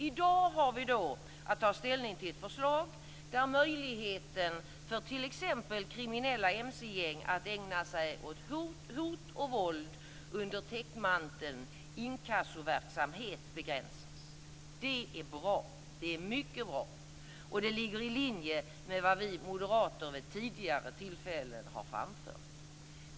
I dag har vi att ta ställning till ett förslag där möjligheten för t.ex. kriminella mc-gäng att ägna sig åt hot och våld under täckmanteln inkassoverksamhet begränsas. Det är mycket bra, och det ligger i linje med vad vi moderater vid tidigare tillfällen har framfört.